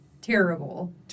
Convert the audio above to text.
terrible